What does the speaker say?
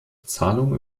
zahlung